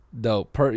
Dope